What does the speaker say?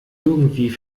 irgendwie